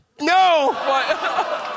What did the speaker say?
No